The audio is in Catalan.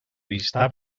vista